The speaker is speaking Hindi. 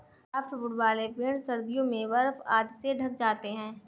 सॉफ्टवुड वाले पेड़ सर्दियों में बर्फ आदि से ढँक जाते हैं